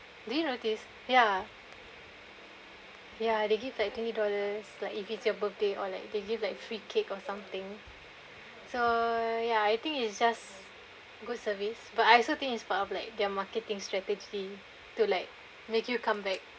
did you notice ya ya they give like twenty dollars like if it's your birthday or like they give like free cake or something so ya I think it's just good service but I also think it's part of like their marketing strategy to like make you come back